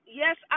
yes